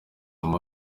mao